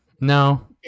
No